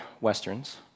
westerns